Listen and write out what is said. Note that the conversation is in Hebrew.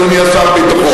אדוני שר הביטחון?